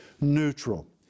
neutral